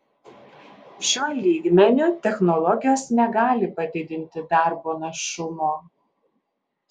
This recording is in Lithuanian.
šiuo lygmeniu technologijos negali padidinti darbo našumo